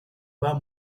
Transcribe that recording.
bas